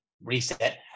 reset